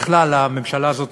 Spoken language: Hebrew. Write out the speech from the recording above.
בכלל, הממשלה הזאת